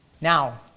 Now